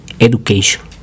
education